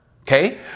okay